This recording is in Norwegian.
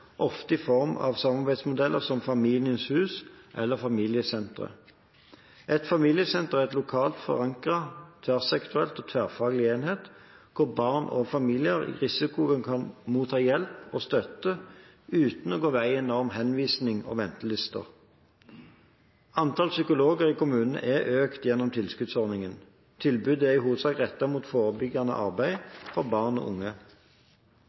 ofte i form av samarbeidsmodeller som Familiens hus eller familiesenter. Et familiesenter er en lokalt forankret tverrsektoriell og tverrfaglig enhet, hvor barn og familier i risiko skal kunne motta hjelp og støtte uten å gå veien om henvisning og ventelister. Antall psykologer i kommunen er økt gjennom tilskuddsordningen. Tilbudet er i hovedsak rettet mot forebyggende arbeid for barn og unge.